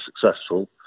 successful